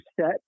set